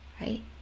right